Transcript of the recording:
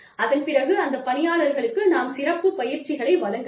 அதன் பிறகு அந்த பணியாளர்களுக்கு நாம் சிறப்புப் பயிற்சிகளை வழங்கலாம்